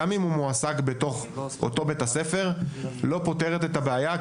גם אם הוא מועסק בתוך אותו בית ספר לא פותרת את הבעיה.